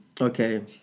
Okay